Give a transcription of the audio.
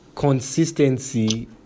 consistency